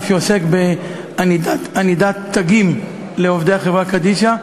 שעוסק בענידת תגים לעובדי החברה קדישא.